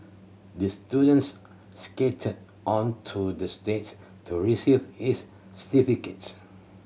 the students skated onto the stages to receive his certificates